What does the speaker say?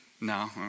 No